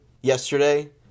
yesterday